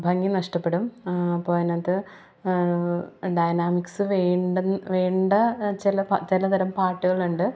ഭംഗി നഷ്ടപ്പെടും അപ്പം അതിനകത്ത് ഡൈനാമിക്സ് വേണ്ട്ന്ന് വേണ്ട ചില പ ചിലതരം പാട്ടുകളുണ്ട്